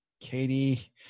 Katie